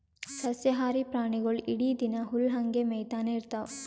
ಸಸ್ಯಾಹಾರಿ ಪ್ರಾಣಿಗೊಳ್ ಇಡೀ ದಿನಾ ಹುಲ್ಲ್ ಹಂಗೆ ಮೇಯ್ತಾನೆ ಇರ್ತವ್